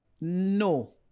No